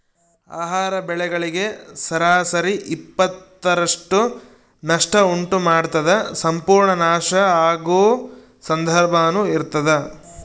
ಆಹಾರ ಬೆಳೆಗಳಿಗೆ ಸರಾಸರಿ ಇಪ್ಪತ್ತರಷ್ಟು ನಷ್ಟ ಉಂಟು ಮಾಡ್ತದ ಸಂಪೂರ್ಣ ನಾಶ ಆಗೊ ಸಂದರ್ಭನೂ ಇರ್ತದ